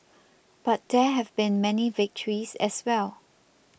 but there have been many victories as well